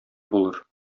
булыр